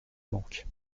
manque